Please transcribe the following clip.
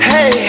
Hey